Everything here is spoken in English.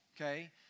Okay